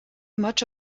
much